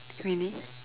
really